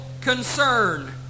concern